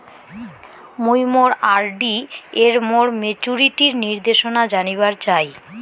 মুই মোর আর.ডি এর মোর মেচুরিটির নির্দেশনা জানিবার চাই